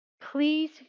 Please